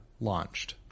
launched